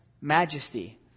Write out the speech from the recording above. majesty